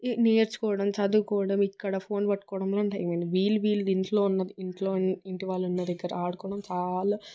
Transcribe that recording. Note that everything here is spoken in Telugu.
నేర్చుకోవడం చదువుకోవడం ఇక్కడ ఫోన్ పట్టుకోవడం వీళ్ళు వీళ్ళు ఇంట్లో ఉన్న ఇంట్లో ఉన్న ఇంటి వాళ్ళు ఉన్న దగ్గర ఆడుకోవడం చాలా